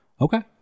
Okay